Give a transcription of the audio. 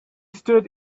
stood